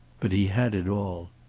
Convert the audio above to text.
but he had it all.